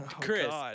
Chris